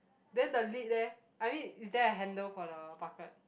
then the lid eh I mean is there a handle for the bucket